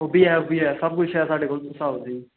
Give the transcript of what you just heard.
ओह्बी ऐ ओह्बी ऐ सबकुछ चाहिदा होंदा तुस आओ ते सेही